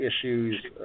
issues